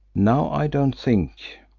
now i don't think,